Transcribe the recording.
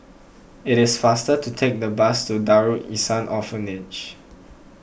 it is faster to take the bus to Darul Ihsan Orphanage